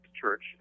Church